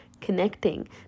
connecting